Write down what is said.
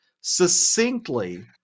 succinctly